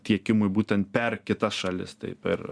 tiekimui būtent per kitas šalis tai per